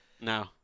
No